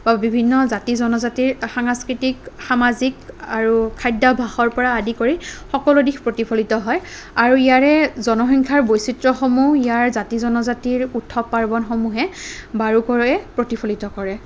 বিভিন্ন জাতি জনজাতিৰ সাংস্কৃতিক সামাজিক আৰু খাদ্যাভাসৰ পৰা আদি কৰি সকলো দিশ প্ৰতিফলিত হয় আৰু ইয়াৰে জনসংখ্যাৰ বৈচিত্ৰসমূহ ইয়াৰ জাতি জনজাতিৰ উৎসৱ পাৰ্বণসমূহে বাৰুকৈয়ে প্ৰতিফলিত কৰে